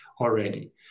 already